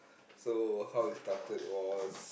so how it started was